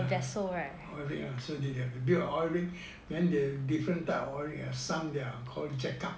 oil rig ah so they have to build a oil rig different type of oil rig ah some they are called jack up